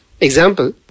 Example